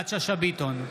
יפעת שאשא ביטון,